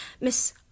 Miss